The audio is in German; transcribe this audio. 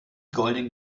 golden